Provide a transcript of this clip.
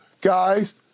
guys